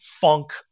funk